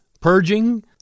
purging